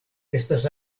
estas